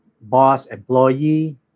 boss-employee